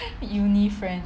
uni friend